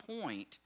point